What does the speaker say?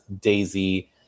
Daisy